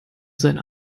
seine